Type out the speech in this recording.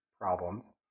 problems